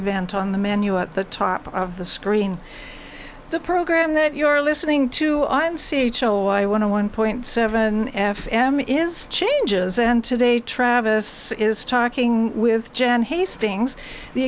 event on the menu at the top of the screen the program that you are listening to i'm c h l i want to one point seven f m is changes and today travis is talking with jan hastings the